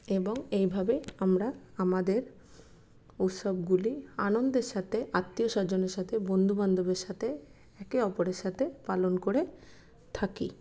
এবং এইভাবে আমরা আমাদের উৎসবগুলি আনন্দের সাথে আত্মীয়স্বজনের সাথে বন্ধুবান্ধবের সাথে একে অপরের সাথে পালন করে থাকি